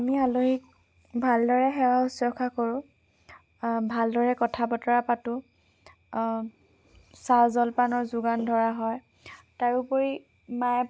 আমি আলহীক ভালদৰে সেৱা শুশ্ৰূষা কৰোঁ ভালদৰে কথা বতৰা পাতোঁ চাহ জলপানৰ যোগান ধৰা হয় তাৰোপৰি মায়ে